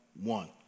one